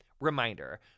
Reminder